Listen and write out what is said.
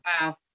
Wow